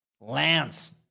Lance